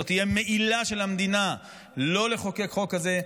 זו תהיה מעילה של המדינה לא לחוקק חוק כזה,